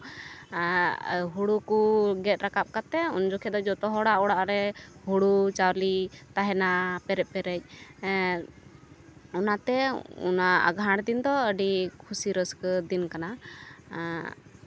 ᱦᱩᱲᱩ ᱠᱚ ᱜᱮᱫ ᱨᱟᱠᱟᱵ ᱠᱟᱛᱮᱫ ᱩᱱ ᱡᱚᱠᱷᱮᱱ ᱫᱚ ᱡᱚᱛᱚ ᱦᱚᱲᱟᱜ ᱚᱲᱟᱜ ᱨᱮ ᱦᱩᱲᱩ ᱪᱟᱣᱞᱮ ᱛᱟᱦᱮᱱᱟ ᱯᱮᱨᱮᱡᱼᱯᱮᱨᱮᱡ ᱚᱱᱟᱛᱮ ᱚᱱᱟ ᱟᱸᱜᱷᱟᱲ ᱫᱤᱱ ᱫᱚ ᱟᱹᱰᱤ ᱠᱷᱩᱥᱤ ᱨᱟᱹᱥᱠᱟᱹ ᱫᱤᱱ ᱠᱟᱱᱟ